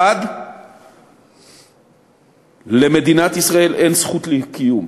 1. למדינת ישראל אין זכות קיום,